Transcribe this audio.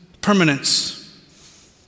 permanence